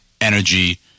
energy